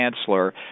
chancellor